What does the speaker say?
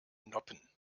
noppen